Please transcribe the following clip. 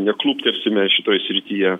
neklūptelsime šitoj srityje